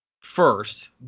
first